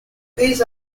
these